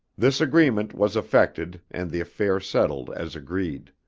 this agreement was effected and the affair settled as agreed.